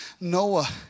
Noah